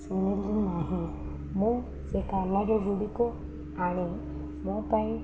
ଶୁଣିଲି ନାହିଁ ମୁଁ ସେ କାନରେଗୁଡ଼ିକୁ ଆଣି ମୋ ପାଇଁ